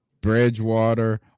Bridgewater